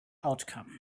outcome